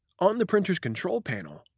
on the printer's control panel,